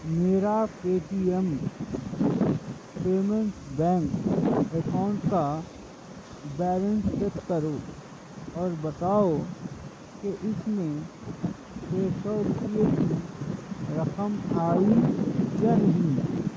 میرا Paytm payments bank account کا balance check کرو اور بتاؤ کہ اس میں چھ سو روپے کی رقم آئی یا نہیں